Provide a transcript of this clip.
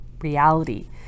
reality